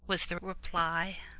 was the reply,